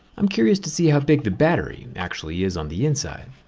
i'm curious to see how big the battery actually is on the inside.